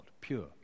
pure